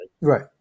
Right